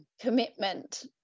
commitment